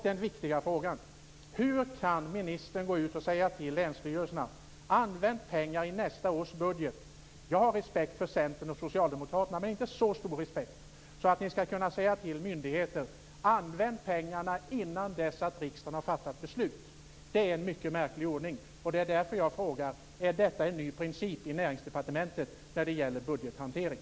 Den viktiga frågan är hur ministern kan säga till länsstyrelserna: Använd pengar i nästa års budget. Jag har respekt för Centern och Socialdemokraterna men inte så stor respekt att ni skall kunna säga till myndigheter: Använd pengarna innan riksdagen har fattat beslut. Det är en mycket märklig ordning. Därför frågar jag: Är detta en ny princip i Näringsdepartementet när det gäller budgethantering?